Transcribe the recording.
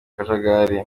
kajagari